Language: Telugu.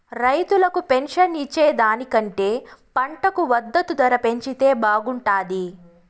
రైతులకు పెన్షన్ ఇచ్చే దానికంటే పంటకు మద్దతు ధర పెంచితే బాగుంటాది